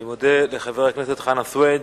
אני מודה לחבר הכנסת חנא סוייד,